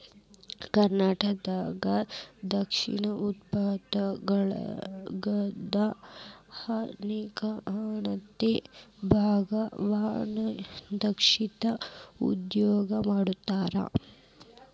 ಕರ್ನಾಟಕದಾಗ ದ್ರಾಕ್ಷಿ ಉಪಯೋಗದ ಹನ್ನೆರಡಅನೆ ಬಾಗ ವಣಾದ್ರಾಕ್ಷಿ ಉಪಯೋಗ ಮಾಡತಾರ